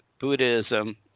Buddhism